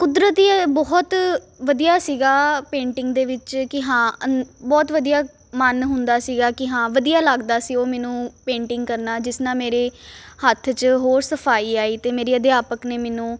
ਕੁਦਰਤੀ ਬਹੁਤ ਵਧੀਆ ਸੀਗਾ ਪੇਂਟਿੰਗ ਦੇ ਵਿੱਚ ਕਿ ਹਾਂ ਬਹੁਤ ਵਧੀਆ ਮਨ ਹੁੰਦਾ ਸੀਗਾ ਕਿ ਹਾਂ ਵਧੀਆ ਲੱਗਦਾ ਸੀ ਉਹ ਮੈਨੂੰ ਪੇਂਟਿੰਗ ਕਰਨਾ ਜਿਸ ਨਾਲ ਮੇਰੇ ਹੱਥ 'ਚ ਹੋਰ ਸਫਾਈ ਆਈ ਅਤੇ ਮੇਰੀ ਅਧਿਆਪਕ ਨੇ ਮੈਨੂੰ